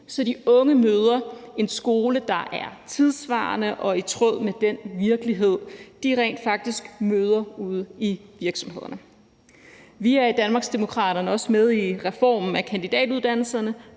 så de unge møder en skole, der er tidssvarende og i tråd med den virkelighed, de rent faktisk møder ude i virksomhederne. Vi er i Danmarksdemokraterne også med i reformen af kandidatuddannelserne,